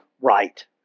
Right